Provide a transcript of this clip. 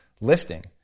lifting